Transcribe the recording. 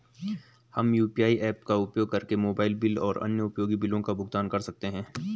हम UPI apps का उपयोग करके मोबाइल बिल और अन्य उपयोगी बिलों का भुगतान कर सकते हैं